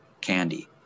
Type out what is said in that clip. candy